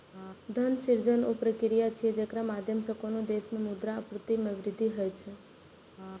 धन सृजन ऊ प्रक्रिया छियै, जेकरा माध्यम सं कोनो देश मे मुद्रा आपूर्ति मे वृद्धि होइ छै